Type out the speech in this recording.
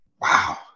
Wow